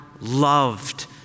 loved